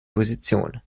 position